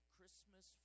Christmas